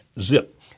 zip